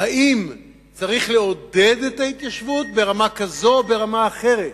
אם צריך לעודד את ההתיישבות ברמה כזו או ברמה אחרת,